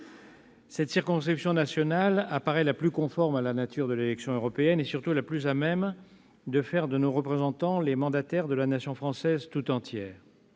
La circonscription nationale apparaît la plus conforme à la nature de l'élection européenne et surtout la plus à même de faire de nos représentants les mandataires de la nation française tout entière.